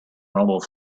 mobile